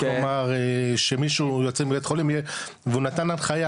כלומר שמישהו יוצא מבית חולים והוא נתן הנחייה,